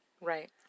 Right